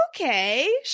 okay